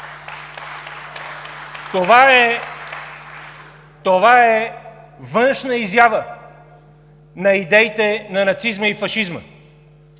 Това е външна изява на идеите на нацизма и фашизма,